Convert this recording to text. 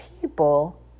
people